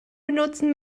benutzen